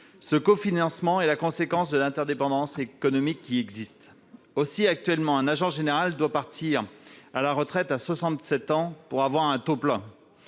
Ce cofinancement est la conséquence de l'interdépendance économique qui existe. Aussi, actuellement, un agent général doit partir à la retraite à 67 ans pour bénéficier